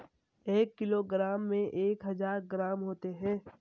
एक किलोग्राम में एक हज़ार ग्राम होते हैं